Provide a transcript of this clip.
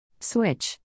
Switch